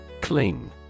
Clean